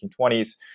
1920s